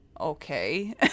okay